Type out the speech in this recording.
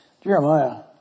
Jeremiah